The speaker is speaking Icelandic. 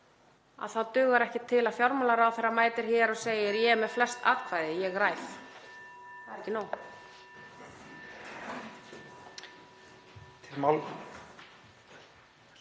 þá dugar ekki til að fjármálaráðherra mæti hér og segi: Ég er með flest atkvæði, ég ræð. Það er ekki nóg.